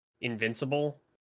invincible